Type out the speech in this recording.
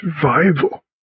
survival